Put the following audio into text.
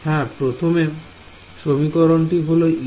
হ্যাঁ প্রথম সমীকরণটা হল e1